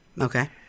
Okay